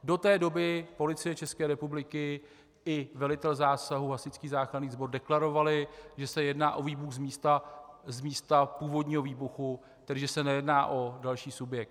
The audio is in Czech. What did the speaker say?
Do té doby Policie České republiky i velitel zásahu, hasičský záchranný sbor deklarovali, že se jedná o výbuch z místa původního výbuchu, takže se nejedná o další subjekt.